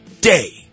day